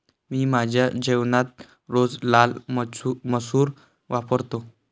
मी माझ्या जेवणात रोज लाल मसूर वापरतो